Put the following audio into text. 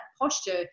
posture